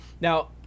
Now